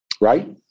right